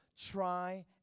try